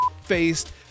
faced